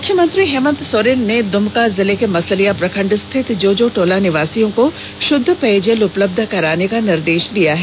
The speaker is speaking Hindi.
मुख्यमंत्री हेमन्त सोरेन ने द्मका जिले के मसलिया प्रखंड स्थित जोजोटोला निवासियों को श्रद्ध पेयजल उपलब्ध कराने का निर्देश दिया है